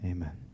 Amen